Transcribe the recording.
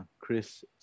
Chris